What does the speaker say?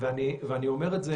ואני אומר את זה